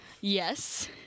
Yes